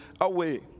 away